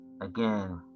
again